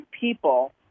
people